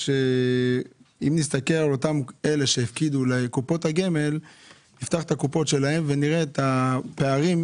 אם נסתכל על אלה שהפקידו את הכסף בקופות גמל נראה את הפערים,